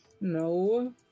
No